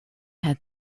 had